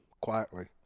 quietly